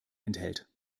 enthält